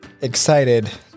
excited